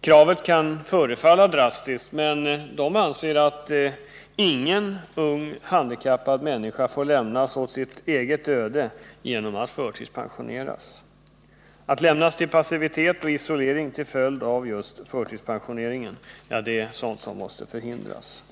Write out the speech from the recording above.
Kravet kan förefalla drastiskt, men kommittén anser att ingen ung handikappad människa får lämnas åt sitt eget öde genom att förtidspensioneras. Att lämnas till passivitet och isolering till följd av just förtidspensionering är något som måste förhindras.